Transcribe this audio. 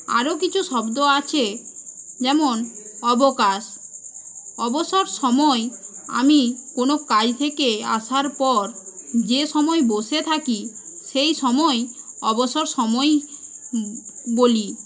আরো কিছু শব্দ আছে যেমন অবকাশ অবসর সময় আমি কোন কাজ থেকে আসার পর যে সময়ে বসে থাকি সেই সময় অবসর সময় বলি